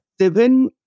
seven